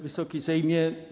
Wysoki Sejmie!